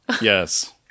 Yes